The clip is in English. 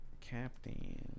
Captain